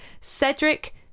Cedric